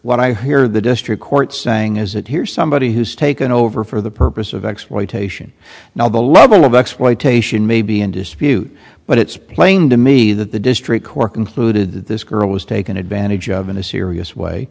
what i hear the district court saying is that here's somebody who's taken over for the purpose of exploitation now the level of exploitation maybe in dispute but it's plain to me that the district court concluded that this girl was taken advantage of in a serious way